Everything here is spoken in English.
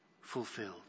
fulfilled